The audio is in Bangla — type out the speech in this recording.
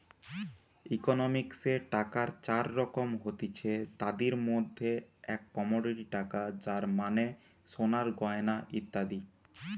ইকোনমিক্সে টাকার চার রকম হতিছে, তাদির মধ্যে এক কমোডিটি টাকা যার মানে সোনার গয়না ইত্যাদি